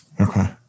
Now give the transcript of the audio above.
Okay